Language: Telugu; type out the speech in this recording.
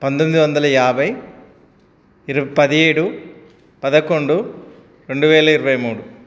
పంతొమ్మిది వందల యాభై ఇర పదిహేడు పదకొండు రెండు వేల ఇరవై మూడు